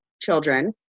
children